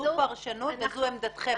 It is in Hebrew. זו פרשנות וזו עמדתכם.